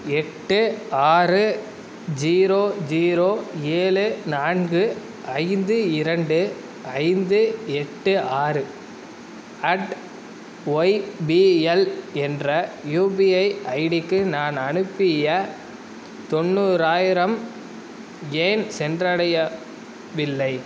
எட்டு ஆறு zero zero ஏழு நான்கு ஐந்து இரண்டு ஐந்து எட்டு ஆறு அட் ஒய்பிஎல் என்ற யுபிஐ ஐடிக்கு நான் அனுப்பிய தொண்ணூறாயிரம் ஏன் சென்றடையவில்லை